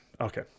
okay